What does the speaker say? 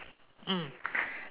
mm